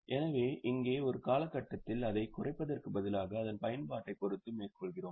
எனவே இங்கே ஒரு காலகட்டத்தில் அதைக் குறைப்பதற்குப் பதிலாக அதன் பயன்பாட்டை பொறுத்து மேற்கொள்கிறோம்